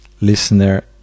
listener